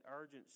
urgency